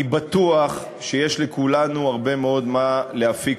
אני בטוח שיש לכולנו הרבה מאוד מה להפיק,